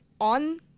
on